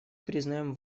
признаем